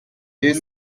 deux